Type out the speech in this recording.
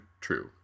true